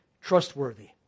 trustworthy